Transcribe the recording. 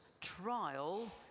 trial